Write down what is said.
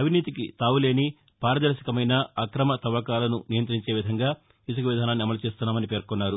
అవినీతికి తావులేని పారదర్భకరమైన అక్రమ తవ్వకాలను నియంతించే విధంగా ఇసుక విధానాన్ని అమలు చేస్తున్నామని పేర్కొన్నారు